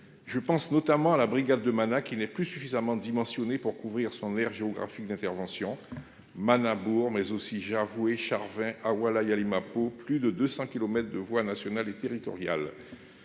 Je pense notamment à la brigade de Manas qui n'est plus suffisamment dimensionné pour couvrir son aire géographique d'intervention. Mais aussi j'ai avoué Charvin hawala y aller ma peau. Plus de 200 kilomètres de voies nationales et territoriales.